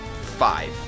five